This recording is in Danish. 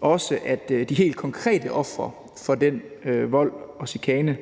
også mit håb, at de helt konkrete ofre for den vold og chikane,